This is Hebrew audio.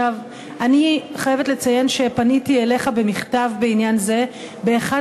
אני חייבת לציין שפניתי אליך במכתב בעניין זה ב-1